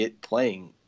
playing